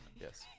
yes